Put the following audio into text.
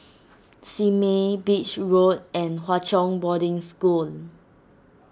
Simei Beach Road and Hwa Chong Boarding School